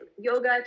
yoga